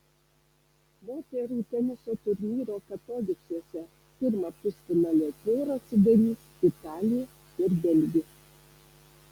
moterų teniso turnyro katovicuose pirmą pusfinalio porą sudarys italė ir belgė